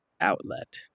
outlet